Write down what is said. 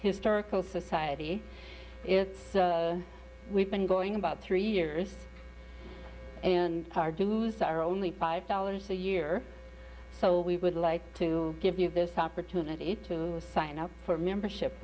historical society we've been going about three years and our dues are only five dollars a year so we would like to give you this opportunity to sign up for membership